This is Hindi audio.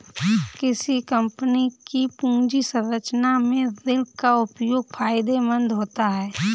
किसी कंपनी की पूंजी संरचना में ऋण का उपयोग फायदेमंद होता है